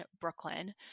Brooklyn